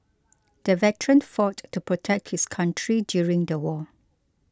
the veteran fought to protect his country during the war